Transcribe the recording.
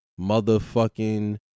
motherfucking